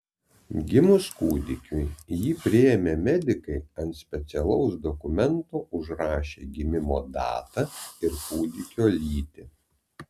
gimus kūdikiui jį priėmę medikai ant specialaus dokumento užrašė gimimo datą ir kūdikio lytį